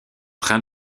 train